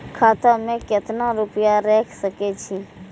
खाता में केतना रूपया रैख सके छी?